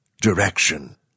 direction